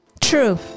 True